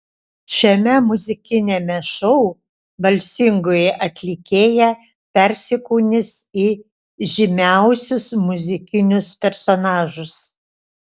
šiame muzikiniame šou balsingoji atlikėja persikūnys į žymiausius muzikinius personažus